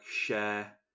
share